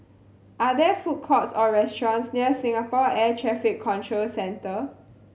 are there food courts or restaurants near Singapore Air Traffic Control Centre